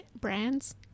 brands